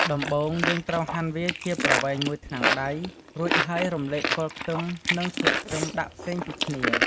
ដំបូងយើងត្រូវហាន់វាជាប្រវែងមួយថ្នាំងដៃ រួចហើយរំលែកគល់ខ្ទឹម និង ស្លឹកខ្ទឹមដាក់ផ្សេងពីគ្នា។